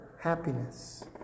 happiness